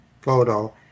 photo